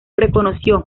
reconoció